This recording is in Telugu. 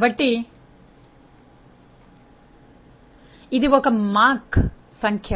కాబట్టి ఇది ఒక మాక్ సంఖ్య